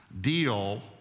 Deal